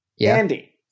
Andy